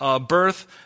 birth